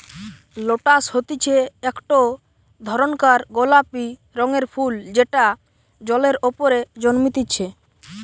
lotus হতিছে একটো ধরণকার গোলাপি রঙের ফুল যেটা জলের ওপরে জন্মতিচ্ছে